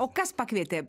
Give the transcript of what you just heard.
o kas pakvietė